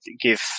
give